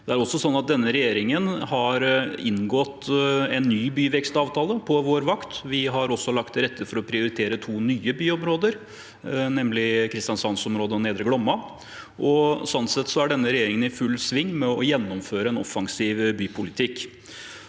Regjeringen har også inngått en ny byvekstavtale på vår vakt, og vi har lagt til rette for å prioritere to nye byområder, nemlig kristiansandsområdet og Nedre Glomma. Sånn sett er denne regjeringen i full sving med å gjennomføre en offensiv bypolitikk.